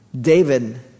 David